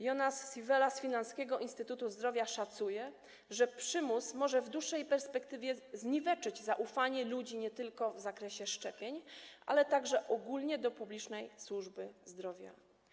Jonas Sivelä z finlandzkiego instytutu zdrowia szacuje, że przymus może w dłuższej perspektywie zniweczyć zaufanie ludzi nie tylko w zakresie szczepień, ale także ogólnie do publicznej służby zdrowia.